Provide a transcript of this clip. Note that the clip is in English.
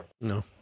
no